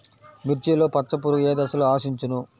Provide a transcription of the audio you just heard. మిర్చిలో పచ్చ పురుగు ఏ దశలో ఆశించును?